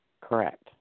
Correct